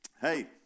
Hey